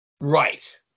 Right